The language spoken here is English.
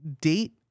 date